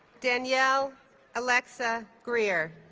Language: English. danielle alexa grier